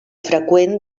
freqüent